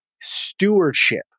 stewardship